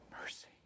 Mercy